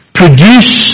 produce